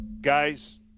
guys